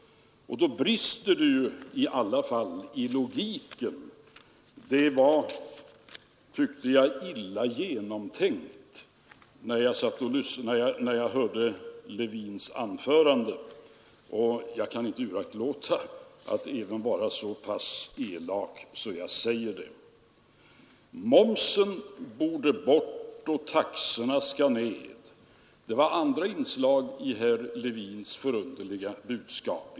Då brister det i alla fall i logiken. När jag hörde herr Levins anförande tyckte jag att det var illa genomtänkt, och jag kan inte uraktlåta att vara så pass elak att jag säger det. Momsen bör bort och taxorna skall ned — det var andra inslag i herr Levins förunderliga budskap.